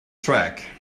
track